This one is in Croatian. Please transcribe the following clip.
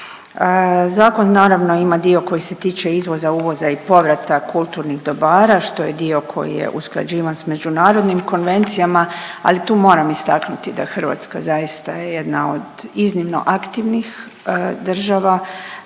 Zakon naravno ima dio koji se tiče izvoza, uvoza i povrata kulturnih dobara, što je dio koji je usklađivan s međunarodnim konvencijama, ali tu moram istaknuti da Hrvatska zaista je jedna od iznimno aktivnih država,